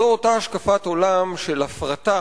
זו אותה השקפת עולם של הפרטה